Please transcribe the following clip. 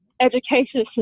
education